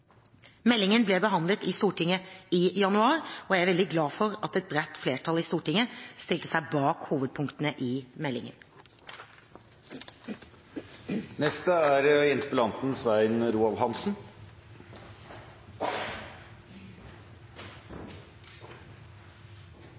Meldingen ble behandlet i Stortinget i januar, og jeg er veldig glad for at et bredt flertall i Stortinget stilte seg bak hovedpunktene i meldingen. Jeg takker statsråden for svaret. Hun sier at hun er